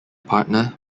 partner